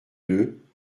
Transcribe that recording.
deux